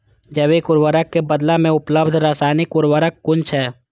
जैविक उर्वरक के बदला में उपलब्ध रासायानिक उर्वरक कुन छै?